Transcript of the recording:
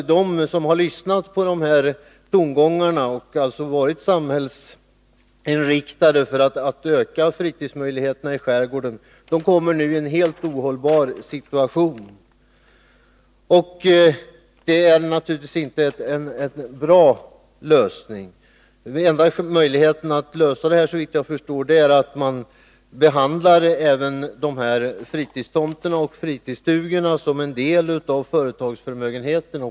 De som lyssnat till dessa tongångar och alltså varit samhällsinriktade när det gäller att öka möjligheterna att utnyttja skärgården för fritidsändamål kommer nu i en helt ohållbar situation. Det är naturligtvis inte någon bra lösning. Den enda möjligheten att lösa detta problem är, såvitt jag förstår, att man behandlar även fritidstomter och fritidsstugor som en del av företagsförmögenheten.